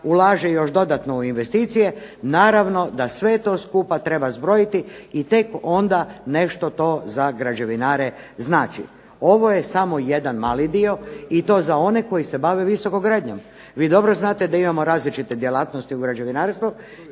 ulaže još dodatno u investicije, naravno da to sve skupa treba zbrojiti i tek onda nešto za građevinare znači. Ovo je samo jedan mali dio i to za one koji se bave visokogradnjom. Vi dobro znate da imamo različite djelatnosti u građevinarstvu,